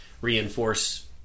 reinforce